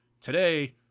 today